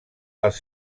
els